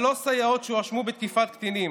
שלוש סייעות הואשמו בתקיפת קטינים: